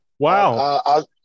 Wow